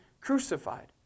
crucified